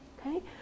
Okay